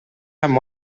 amb